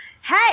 Hey